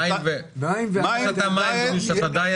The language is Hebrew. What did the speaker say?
היה בלגן והאמריקאים אמרו ה-NAH